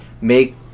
make